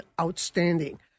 outstanding